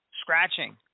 scratching